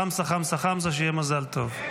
חמסה, חמסה, חמסה, שיהיה מזל טוב.